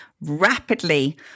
rapidly